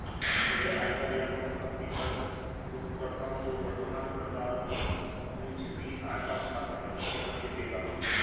यह आयकर या संपत्ति कर चूककर्ताओं को वर्तमान करदरों पर अपनी छिपी आय का खुलासा करने की अनुमति देगा